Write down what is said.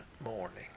morning